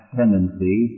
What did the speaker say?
tendency